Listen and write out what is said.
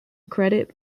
credit